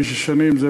תשע שנים.